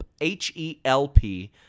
H-E-L-P